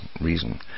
reason